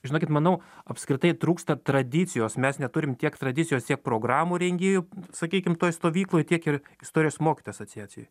žinokit manau apskritai trūksta tradicijos mes neturim tiek tradicijos tiek programų rengėjų sakykim toj stovykloj tiek ir istorijos mokytojų asociacijoj